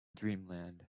dreamland